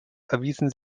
erwiesen